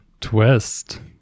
Twist